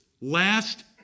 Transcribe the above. last